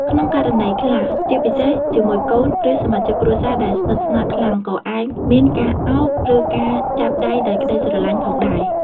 ក្នុងករណីខ្លះ ជាពិសេសជាមួយកូន ឬសមាជិកគ្រួសារដែលស្និទ្ធស្នាលខ្លាំង ក៏អាចមានការឱប ឬការចាប់ដៃដោយក្ដីស្រឡាញ់ផងដែរ។